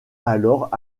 alors